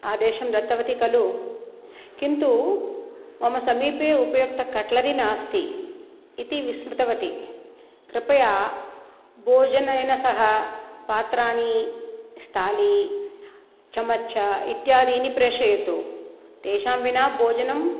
आदेशं दत्तवती खलु किन्तु मम समीपे उपयुक्त कट्लरि नास्ति इति विस्मृतवती कृपया भोजनेन सह पात्राणि स्थाली चमसः इत्यादीनि प्रेषयतु तेषां विना भोजनम्